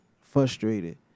frustrated